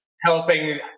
helping